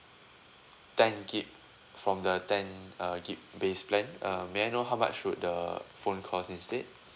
ten gigabytes from the ten uh gigabytes base plan um may I know how much would the phone cost instead